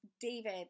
David